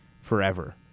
forever